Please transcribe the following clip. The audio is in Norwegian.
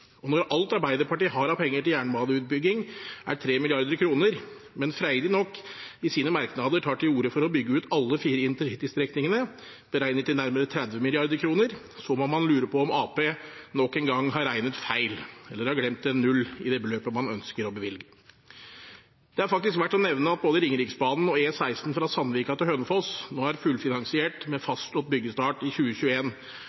og når alt Arbeiderpartiet har av penger til jernbaneutbygging, er tre 3 mrd. kr, men freidig nok i sine merknader tar til ordre for å bygge ut alle de fire intercity-strekningene – beregnet til nærmere 30 mrd. kr – må man lure på om Arbeiderpartiet nok en gang har regnet feil eller har glemt en null i det beløpet man ønsker å bevilge. Det er faktisk verdt å nevne at både Ringeriksbanen og E16 fra Sandvika til Hønefoss nå er fullfinansiert med